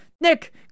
Nick